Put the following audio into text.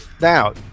Now